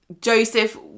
Joseph